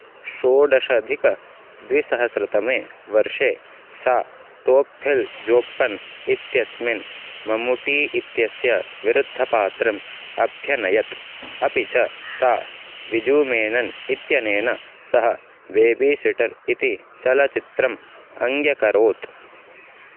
षोडश अधिकद्विसहस्रतमे वर्षे सा तोप्फेल् जोप्पन् इत्यस्मिन् मम्मूटी इत्यस्य विरुद्धपात्रम् अभ्यनयत् अपि च सा विजूमेनन् इत्यनेन सह बेबी सिटर् इति चलच्चित्रम् अङ्ग्यकरोत्